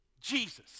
Jesus